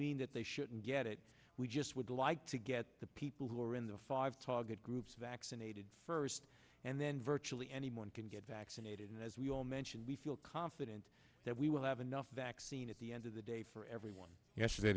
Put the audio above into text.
mean that they shouldn't get it we just would like to get the people who are in the five target groups vaccinated first and then virtually anyone can get vaccine as we all mentioned we feel confident that we will have enough vaccine at the end of the day for everyone yesterday